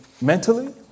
mentally